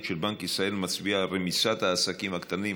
של בנק ישראל מצביעה על רמיסת העסקים הקטנים,